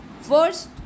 first